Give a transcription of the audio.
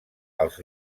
els